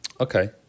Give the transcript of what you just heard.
Okay